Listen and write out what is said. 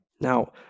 Now